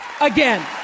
again